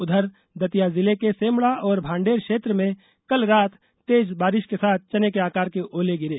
उधर दतिया जिले के सेमड़ा और भांडेर क्षेत्र में कल रात तेज बारिश के साथ चने के आकार के ओले गिरे